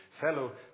fellow